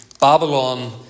Babylon